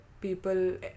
people